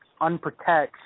unprotects